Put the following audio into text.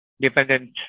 dependent